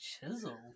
Chisel